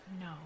no